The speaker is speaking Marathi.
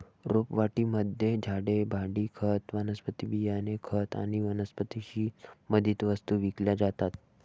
रोपवाटिकेमध्ये झाडे, भांडी, खत, वनस्पती बियाणे, खत आणि वनस्पतीशी संबंधित वस्तू विकल्या जातात